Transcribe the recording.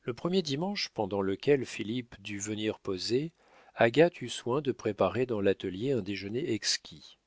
le premier dimanche pendant lequel philippe dut venir poser agathe eut soin de préparer dans l'atelier un déjeuner exquis